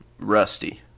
Rusty